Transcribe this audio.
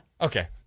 Okay